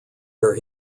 where